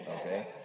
okay